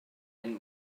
angen